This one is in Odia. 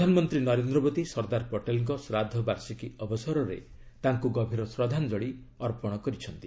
ପ୍ରଧନମନ୍ତ୍ରୀ ନରେନ୍ଦ୍ର ମୋଦି ସର୍ଦ୍ଦାର ପଟେଲଙ୍କ ଶ୍ରାଦ୍ଧବାର୍ଷିକୀ ଅବସରରେ ତାଙ୍କୁ ଗଭୀର ଶ୍ରଦ୍ଧାଞ୍ଜଳି ଅର୍ପଣ କରିଛନ୍ତି